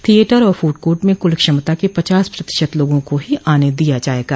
theatre और food court में कुल क्षमता के पचास प्रतिशत लोगों को ही आने दिया जाएगा